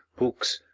books,